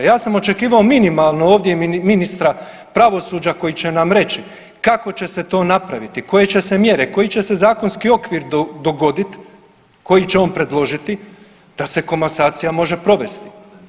Ja sam očekivao minimalno ovdje i ministra pravosuđa koji će nam reći kako će se to napraviti, koje će se mjere, koji će se zakonski okvir dogodit koji će on predložiti da se komasacija može provesti.